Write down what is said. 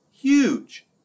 huge